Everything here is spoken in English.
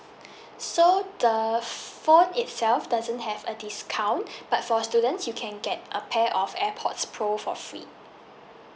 so the phone itself doesn't have a discount but for students you can get a pair of airpods pro for free